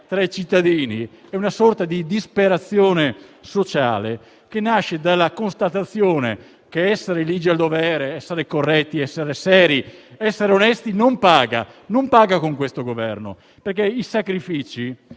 tra i cittadini è una sorta di disperazione sociale che nasce dalla constatazione che essere ligi al dovere, corretti, seri e onesti non paga con questo Governo. I sacrifici